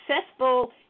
successful